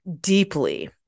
deeply